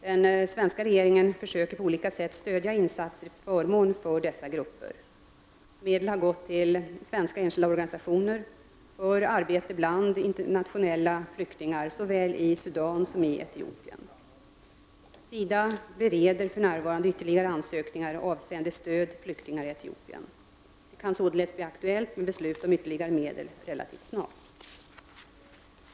Den svenska regeringen försöker på olika sätt stödja insatser till förmån för dessa grupper. Medel har gått till svenska enskilda organisationer för arbete bland internationella flyktingar såväl i Sudan som i Etiopien. SIDA bereder för närvarande ytterligare ansökningar avseende stöd till flyktingar i Etiopien. Det kan således bli aktuellt med beslut om ytterligare medel relativt snart.